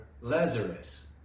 Lazarus